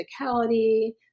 physicality